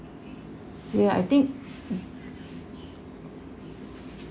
ya I think